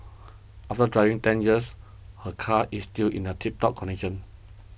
after driving ten years her car is still in a tiptop condition